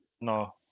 No